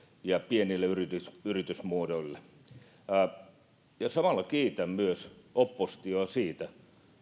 ja pienille yritysmuodoille samalla kiitän myös oppositiota siitä